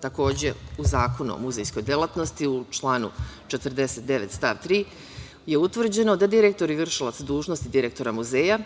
Takođe, u Zakonu o muzejskoj delatnosti u članu 49. stav 3. je utvrđeno da direktor i vršilac dužnosti direktora muzeja,